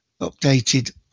updated